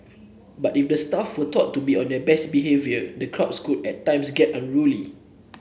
but if the staff were taught to be on their best behaviour the crowds could at times get unruly